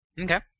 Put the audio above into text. Okay